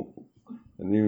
uh